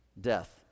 death